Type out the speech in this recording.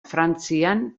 frantzian